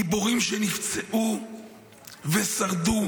גיבורים שנפצעו ושרדו,